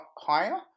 higher